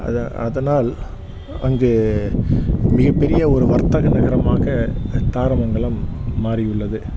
அத அதனால் அங்கு மிகப்பெரிய ஒரு வர்த்தக நகரமாக தாரமங்கலம் மாறியுள்ளது